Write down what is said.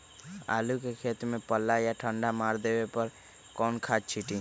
आलू के खेत में पल्ला या ठंडा मार देवे पर कौन खाद छींटी?